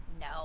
No